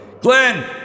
Glenn